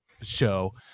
show